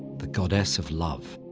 the goddess of love.